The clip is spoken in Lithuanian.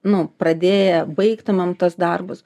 nu pradėję baigtumėm tuos darbus